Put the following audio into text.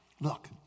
Look